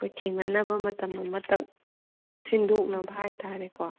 ꯑꯩꯈꯣꯏ ꯊꯦꯡꯅꯅꯕ ꯃꯇꯝ ꯑꯃꯇꯪ ꯁꯤꯟꯗꯣꯛꯅꯕ ꯍꯥꯏꯇꯔꯦꯀꯣ